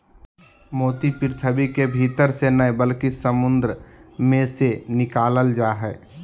मोती पृथ्वी के भीतर से नय बल्कि समुंद मे से निकालल जा हय